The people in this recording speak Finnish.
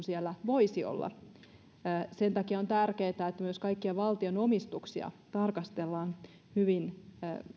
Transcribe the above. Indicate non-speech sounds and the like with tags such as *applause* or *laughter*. *unintelligible* siellä voisi olla sen takia on tärkeää että että myös kaikkia valtion omistuksia tarkastellaan hyvin